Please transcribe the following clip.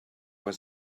was